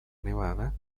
nevada